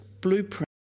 blueprint